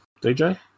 DJ